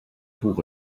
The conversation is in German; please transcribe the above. buche